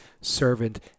servant